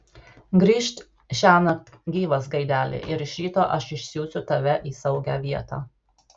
grįžk šiąnakt gyvas gaideli ir iš ryto aš išsiųsiu tave į saugią vietą